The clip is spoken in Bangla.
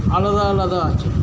আলাদা আলাদা আছে